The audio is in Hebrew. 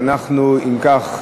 אם כך,